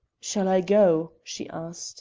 shall i go? she asked